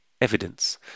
evidence